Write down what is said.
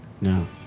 No